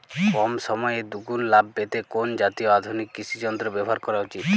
কম সময়ে দুগুন লাভ পেতে কোন জাতীয় আধুনিক কৃষি যন্ত্র ব্যবহার করা উচিৎ?